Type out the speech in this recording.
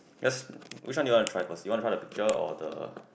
let's which one you want to try first do you want to try the picture or the